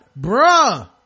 bruh